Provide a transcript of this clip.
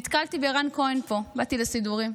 נתקלתי ברן כהן פה, באתי לסידורים.